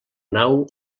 nau